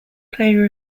player